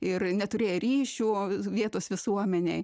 ir neturėję ryšių vietos visuomenėj